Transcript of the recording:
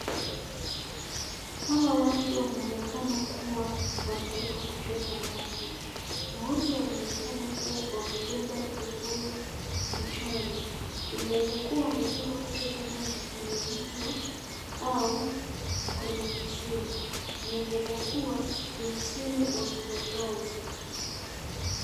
Hawa watu wanaonekana kuwa wametoka kuchota maji na wote wanaonekana kuwa wamebeba vibuyu kichwani. Inaweza kuwa wametoka kuchota maji kwenye mto au kwenye kisima na inawezakuwa ni msimu wa kiangazi.